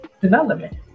development